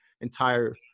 entire